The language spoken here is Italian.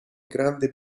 grande